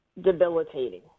debilitating